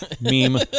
meme